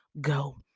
go